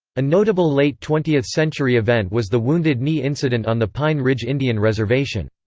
a notable late twentieth century event was the wounded knee incident on the pine ridge indian reservation.